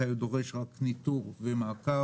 מתי הוא דורש רק ניטור ומעקב.